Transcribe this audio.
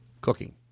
cooking